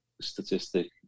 statistic